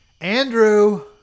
Andrew